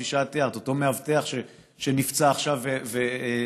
כפי שאת תיארת, אותו מאבטח שנפצע עכשיו והגן,